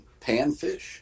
panfish